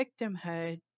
victimhood